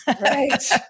Right